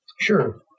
Sure